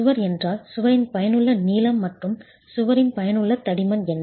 சுவர் என்றால் சுவரின் பயனுள்ள நீளம் மற்றும் சுவரின் பயனுள்ள தடிமன் என்ன